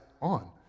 on